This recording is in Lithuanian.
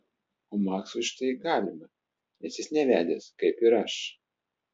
o maksui štai galima nes jis nevedęs kaip ir aš